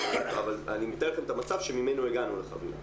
אני אתאר לכם את המצב שממנו הגענו לחבילה.